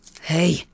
Hey